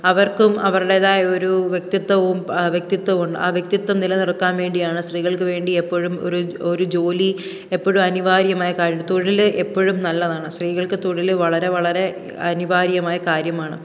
അവർക്കും അവരുടെതായ ഒരു വ്യക്തിത്വവും വ്യക്തിത്വമുണ്ട് ആ വ്യക്തിത്വം നിലനിറുക്കാൻ വേണ്ടിയാണ് സ്ത്രീകൾക്ക് വേണ്ടി എപ്പോഴും ഒരു ഒരു ജോലി എപ്പോഴും അനിവാര്യമായ കാര്യമുണ്ട് തൊഴിൽ എപ്പോഴും നല്ലതാണ് സ്രീകൾക്ക് തൊഴിൽ വളരെ വളരെ അനിവാര്യമായ കാര്യമാണ്